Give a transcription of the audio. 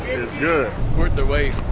good. worth the wait.